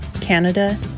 Canada